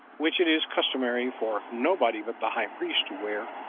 which it is customary for nobody but the high priest to wear,